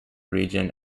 region